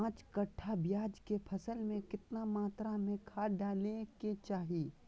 पांच कट्ठा प्याज के फसल में कितना मात्रा में खाद डाले के चाही?